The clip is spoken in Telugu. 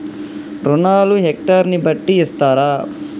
రుణాలు హెక్టర్ ని బట్టి ఇస్తారా?